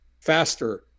faster